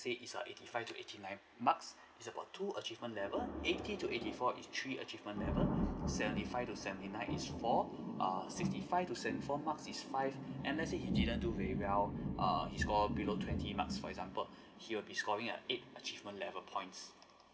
it's err eighty five to eighty nine marks it's about two achievement level eighty to eighty four is three achievement level seventy five to seventy nine is four err sixty five to seventy four mark is five and let's say he didn't do very well err his score below twenty marks for example he will be scoring at eight achievement level points